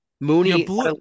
Mooney